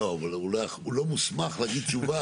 לא, אבל הוא לא מוסמך להגיד תשובה